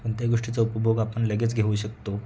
कोणत्याही गोष्टीचा उपभोग आपण लगेच घेऊ शकतो